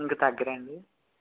ఇంకా తగ్గరా అండి